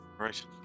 Right